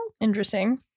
Interesting